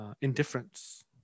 indifference